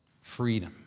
freedom